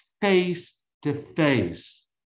face-to-face